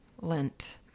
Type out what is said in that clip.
Lent